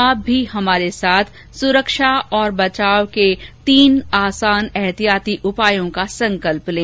आप भी हमारे साथ सुरक्षा और बचाव के तीन आसान एहतियाती उपायों का संकल्प लें